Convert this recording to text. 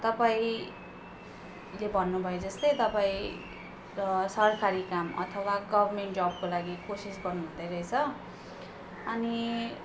तपाईँले भन्नुभए जस्तै तपाईँ सरकारी काम अथवा गभर्मेन्ट जबको लागि कोसिस गर्नु हुँदै रहेछ अनि